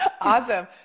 Awesome